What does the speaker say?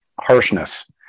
harshness